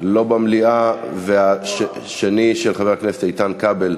לא במליאה, והשנייה של חבר הכנסת איתן כבל.